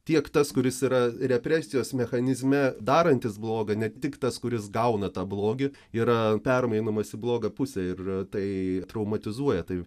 tiek tas kuris yra represijos mechanizme darantis bloga ne tik tas kuris gauna tą blogį yra permainomas į blogą pusę ir tai traumatizuoja tai